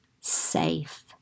safe